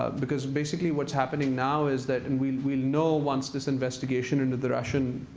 ah because basically what's happening now is that and we'll we'll know once this investigation into the russian